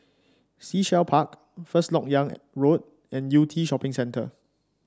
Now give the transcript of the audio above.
Sea Shell Park First LoK Yang Road and Yew Tee Shopping Centre